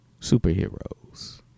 Superheroes